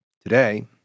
today